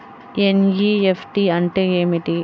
NEFT అంటే ఏమిటీ?